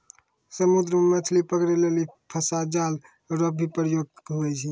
समुद्र मे मछली पकड़ै लेली फसा जाल रो भी प्रयोग हुवै छै